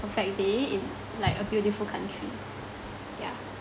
perfect day in like a beautiful country yeah